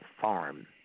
farm